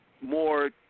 more